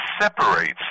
separates